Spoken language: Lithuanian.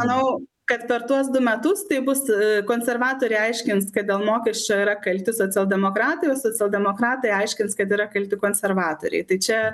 manau kad per tuos du metus tai bus konservatoriai aiškins kad dėl mokesčių yra kalti socialdemokratai o socialdemokratai aiškins kad yra kalti konservatoriai tai čia